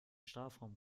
strafraum